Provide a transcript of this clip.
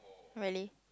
really